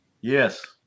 Yes